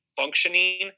functioning